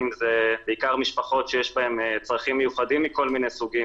בעיקר משפחות שיש בהן צרכים מיוחדים מכל מיני סוגים.